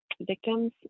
victims